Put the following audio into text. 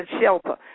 shelter